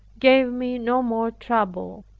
gave me no more trouble,